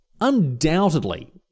undoubtedly